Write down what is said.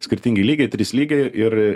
skirtingi lygiai trys lygiai ir